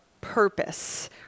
purpose